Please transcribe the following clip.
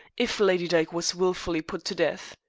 if lady dyke was wilfully put to death.